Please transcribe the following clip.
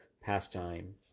pastime